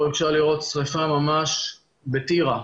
פה אפשר לראות שריפה ממש בטירה.